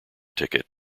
ticket